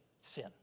sin